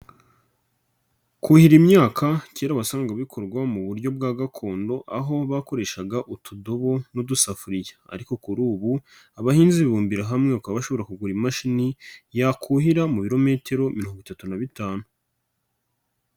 Kuhira imyaka kera wasangaga bikorwa mu buryo bwa gakondo aho bakoreshaga utudobo n'udusafuriya ariko kuri ubu abahinzi bibumbira hamwe bakaba bashobora kugura imashini yakuhira mu birometero mirongo itatu na bitanu.